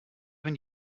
been